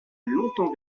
longtemps